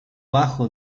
bajo